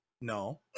no